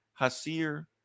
Hasir